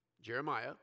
Jeremiah